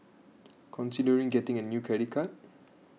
considering getting a new credit card